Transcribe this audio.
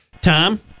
Tom